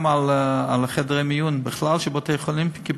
וגם על חדרי מיון של בתי-חולים בכלל,